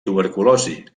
tuberculosi